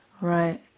Right